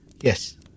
Yes